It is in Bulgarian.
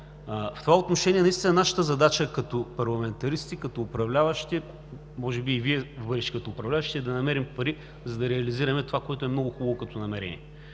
в това отношение наистина нашата задача като парламентаристи, като управляващи – може би и Вие като бъдещи управляващи, е да намерим пари, за да реализираме това, което е много хубаво като намерение.